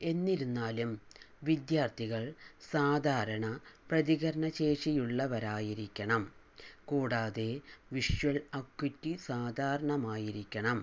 എന്നിരുന്നാലും വിദ്യാർത്ഥികൾ സാധാരണ പ്രതികരണശേഷിയുള്ളവരായിരിക്കണം കൂടാതെ വിഷ്വൽ അക്വിറ്റി സാധാരണമായിരിക്കണം